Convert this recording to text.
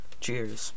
Cheers